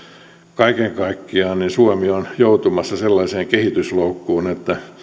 kaiken kaikkiaan suomi on joutumassa sellaiseen kehitysloukkuun että